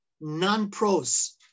non-pros